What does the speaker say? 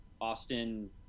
Austin